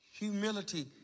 Humility